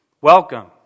welcome